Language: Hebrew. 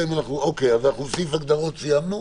סעיף ההגדרות סיימנו.